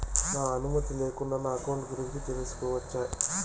నా అనుమతి లేకుండా నా అకౌంట్ గురించి తెలుసుకొనొచ్చా?